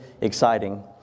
exciting